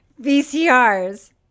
VCRs